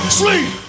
sleep